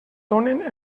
donen